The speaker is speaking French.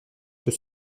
peut